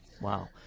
Wow